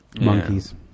Monkeys